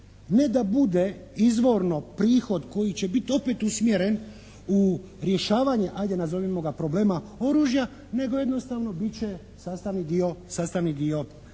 ne da bude izvorno prihod koji će biti opet usmjeren u rješavanje ajde nazovimo ga problema oružja nego jednostavno bit će sastavni dio,